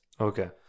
Okay